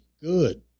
good